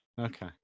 Okay